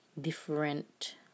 different